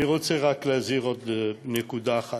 אני רוצה רק להזהיר, עוד נקודה אחת: